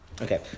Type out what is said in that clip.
Okay